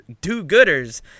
do-gooders